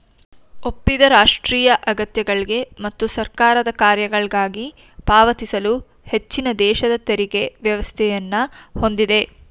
ಒಪ್ಪಿದ ರಾಷ್ಟ್ರೀಯ ಅಗತ್ಯಗಳ್ಗೆ ಮತ್ತು ಸರ್ಕಾರದ ಕಾರ್ಯಗಳ್ಗಾಗಿ ಪಾವತಿಸಲು ಹೆಚ್ಚಿನದೇಶದ ತೆರಿಗೆ ವ್ಯವಸ್ಥೆಯನ್ನ ಹೊಂದಿದೆ